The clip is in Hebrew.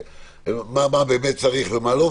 מה באמת צריך ומה לא,